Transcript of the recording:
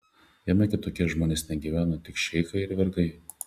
jame kitokie žmonės negyveno tik šeichai ir vergai